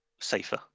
safer